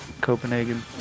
Copenhagen